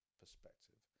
perspective